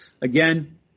Again